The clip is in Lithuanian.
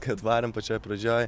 kad varėm pačioj pradžioj